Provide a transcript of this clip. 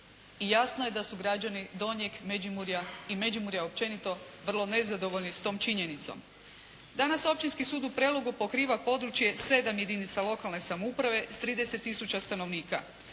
i jasno je da su građani Donjeg Međimurja i Međimurja općenito vrlo nezadovoljni s tom činjenicom. Danas Općinski sud u Prelogu pokriva područje 7 jedinica lokalne samouprave s 30000 stanovnika.